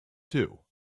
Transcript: two